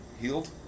healed